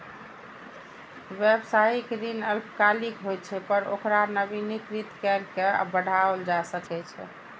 व्यावसायिक ऋण अल्पकालिक होइ छै, पर ओकरा नवीनीकृत कैर के बढ़ाओल जा सकै छै